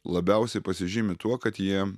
labiausiai pasižymi tuo kad jie